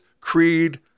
creed